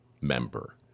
member